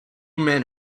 men